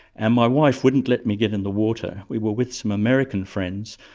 and my wife wouldn't let me get in the water. we were with some american friends,